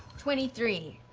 twenty three.